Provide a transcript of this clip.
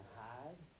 hide